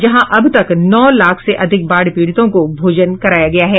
जहां अब तक नौ लाख से अधिक बाढ़ पीड़ितों को भोजन कराया गया है